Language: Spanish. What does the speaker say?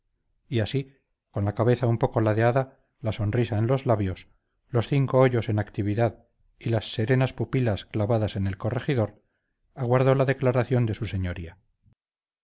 y así con la cabeza un poco ladeada la sonrisa en los labios los cinco hoyos en actividad y las serenas pupilas clavadas en el corregidor aguardó la declaración de su señoría